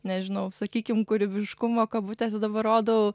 nežinau sakykim kūrybiškumo kabutėse dabar rodau